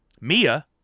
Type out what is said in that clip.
Mia